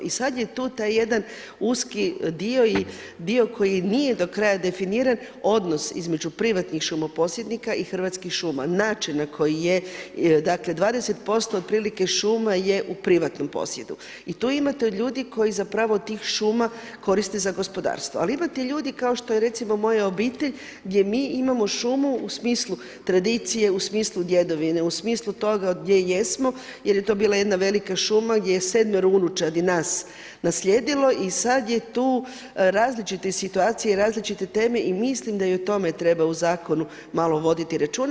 I sad je tu taj jedan uski dio i dio koji nije do kraja definiran, odnos između privatnih šumoposjednika i Hrvatskim šuma, način na koji je, dakle 20% otprilike je u privatnom posjedu i tu imate od ljudi koji zapravo od tih šuma koriste za gospodarstvo, ali imate ljudi kao što je recimo moja obitelj gdje mi imamo šumu u smislu tradicije, u smislu djedovine, u smislu toga gdje jesmo jer je to bila jedna velika šuma gdje je sedmero unučadi nas naslijedilo i sad je tu različitih situacija i različite teme i mislim da i o tome treba u zakonu malo voditi računa.